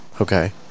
Okay